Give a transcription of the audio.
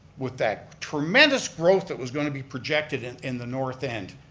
with that tremendous growth that was going to be projected in in the north end,